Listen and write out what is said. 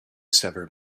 sever